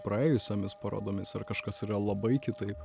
praėjusiomis parodomis ar kažkas yra labai kitaip